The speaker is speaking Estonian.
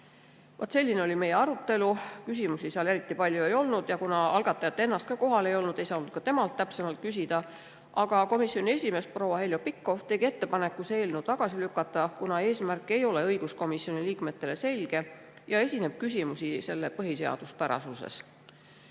selline oli meie arutelu. Küsimusi eriti palju ei olnud ja kuna algatajat ennast kohal ei olnud, ei saanud ka temalt täpsemalt küsida. Komisjoni esimees proua Heljo Pikhof tegi ettepaneku see eelnõu tagasi lükata, kuna eesmärk ei ole õiguskomisjoni liikmetele selge ja on küsimusi selle eelnõu põhiseaduspärasuse